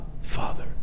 Father